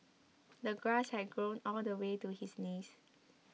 the grass had grown all the way to his knees